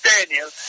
Daniel